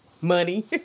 Money